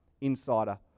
insider